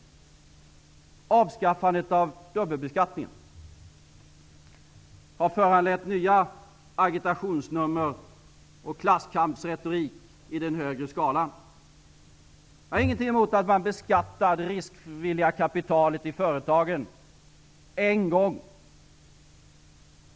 Avskaffandet av dubbelbeskattningen har föranlett nya agitationsnummer och klasskampsretorik i den högre skalan. Jag har ingenting emot att man beskattar det riskvilliga kapitalet i företagen en gång.